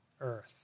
earth